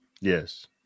Yes